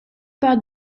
pas